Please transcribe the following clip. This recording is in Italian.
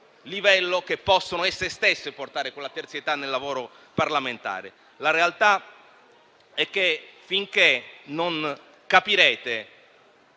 livello, che possono esse stesse portare quella terzietà nel lavoro parlamentare. La realtà è che finché non capirete